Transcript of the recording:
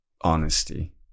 honesty